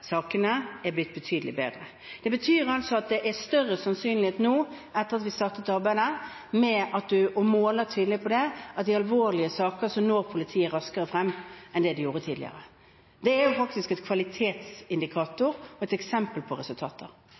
sakene er blitt betydelig bedre. Det betyr altså at det nå er større sannsynlighet for – etter at vi startet arbeidet, og måler tydelig på det – at i alvorlige saker når politiet raskere frem enn det de gjorde tidligere. Det er faktisk en kvalitetsindikator og et eksempel på resultater.